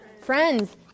friends